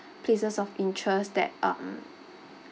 places of interest that um